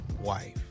wife